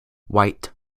white